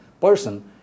person